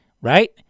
right